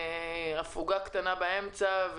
הייתה הפוגה קטנה באמצע,